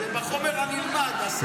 זה בחומר הנלמד, השר.